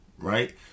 right